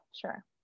sure